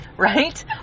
Right